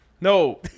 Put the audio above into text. No